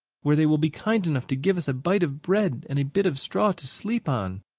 where they will be kind enough to give us a bite of bread and a bit of straw to sleep on.